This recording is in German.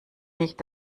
nicht